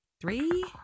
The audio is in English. three